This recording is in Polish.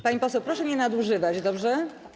Pani poseł, proszę nie nadużywać, dobrze?